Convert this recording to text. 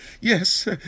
Yes